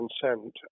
consent